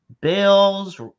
Bills